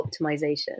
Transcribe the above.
optimization